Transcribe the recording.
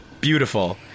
Beautiful